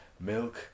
milk